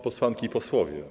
Posłanki i Posłowie!